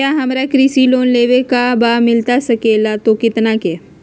क्या हमारा कृषि लोन लेवे का बा मिलता सके ला तो कितना के?